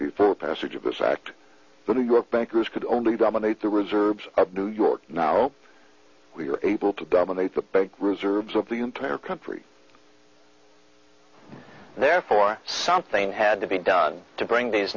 article for passage of this act the new york bankers could only dominate the reserves of new york no we were able to double the reserves of the entire country therefore something had to be done to bring these